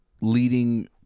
leading